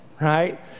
right